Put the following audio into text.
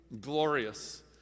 glorious